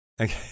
Okay